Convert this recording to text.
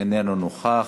אינו נוכח.